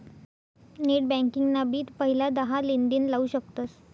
net banking ना भी पहिला दहा लेनदेण लाऊ शकतस